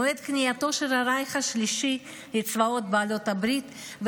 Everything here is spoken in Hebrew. מועד כניעתו של הרייך השלישי לצבאות בעלות הברית,